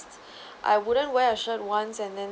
I wouldn't wear a shirt once and then